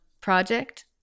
project